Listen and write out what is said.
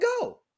go